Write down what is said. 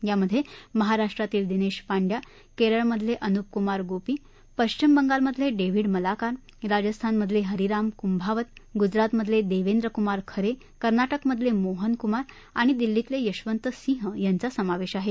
यामधे महाराष्ट्रातील दिनेश पांड्या केरळमधले अनुप कुमार गोपी पश्चिम बंगालमधले डेव्हिड मलाकार राजस्थानमधले हरिराम कुंभावत गुजरातमधले देवेंद्र कुमार खरे कर्नाटकमधले मोहन कुमार आणि दिल्लीतले यशवंत सिंह यांचा समावेश आहे